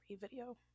video